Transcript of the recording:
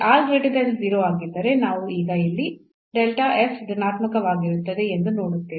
ಈ ಆಗಿದ್ದರೆ ನಾವು ಈಗ ಇಲ್ಲಿ ಧನಾತ್ಮಕವಾಗಿರುತ್ತದೆ ಎಂದು ನೋಡುತ್ತೇವೆ